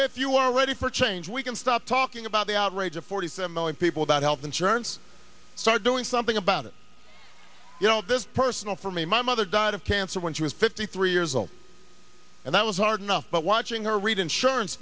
if you are ready for change we can stop talking about the outrage of forty seven million people without health insurance start doing something about it you know this personal for me my mother died of cancer when she was fifty three years old and that was hard enough but watching her read insurance